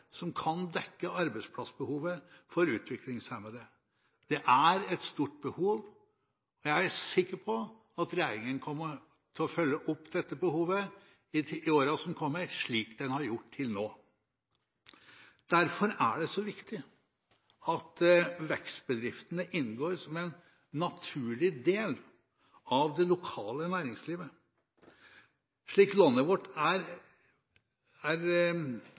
som kan dekke arbeidsplassbehovet for utviklingshemmede. Det er et stort behov. Jeg er sikker på at regjeringen kommer til å følge opp dette behovet i årene som kommer, slik den har gjort til nå. Derfor er det så viktig at vekstbedriftene inngår som en naturlig del av det lokale næringslivet. Slik landet vårt er geografisk utstyrt, er